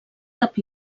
cap